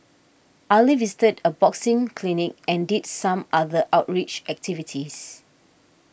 Ali visited a boxing clinic and did some other outreach activities